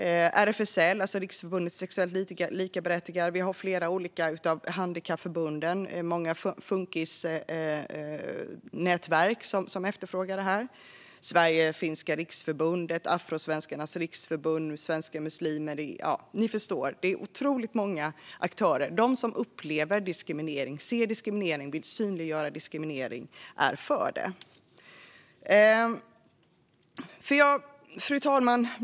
RFSL, alltså riksförbundet för sexuellt likaberättigande, Handikappförbunden och många funkisnätverk efterfrågar det här, liksom Sverigefinska riksförbundet, Afrosvenskarnas riksförbund och Muslimska Organisationer i Samverkan. Ja, ni förstår - det är otroligt många aktörer. De som upplever diskriminering, ser diskriminering och vill synliggöra diskriminering är för det. Fru talman!